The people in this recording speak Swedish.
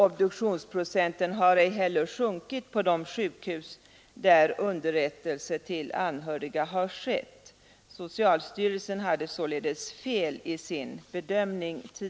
Obduktionsprocenten har ej heller sjunkit på de sjukhus där underrättelse till anhöriga skett. Socialstyrelsen hade således fel i sin bedömning.